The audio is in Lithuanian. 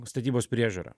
statybos priežiūra